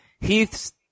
Heath's